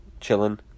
chilling